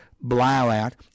blowout